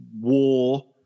war